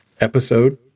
episode